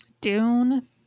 Dune